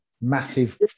massive